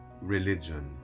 religion